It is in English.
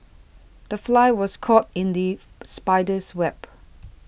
the fly was caught in the spider's web